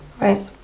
Right